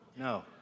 No